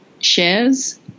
shares